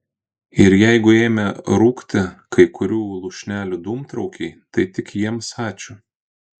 ir jeigu ėmė rūkti kai kurių lūšnelių dūmtraukiai tai tik jiems ačiū